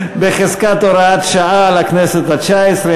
בחזקת הוראת שעה לכנסת התשע-עשרה,